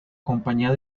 compañía